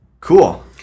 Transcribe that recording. Cool